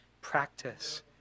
practice